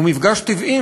הוא מפגש טבעי,